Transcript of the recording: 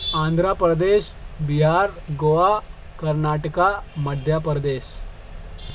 Andhra Pradesh Bihar Goa Karnataka Madhya Pradesh